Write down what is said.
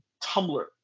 Tumblr